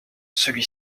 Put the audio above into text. celui